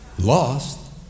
lost